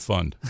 Fund